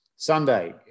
Sunday